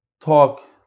talk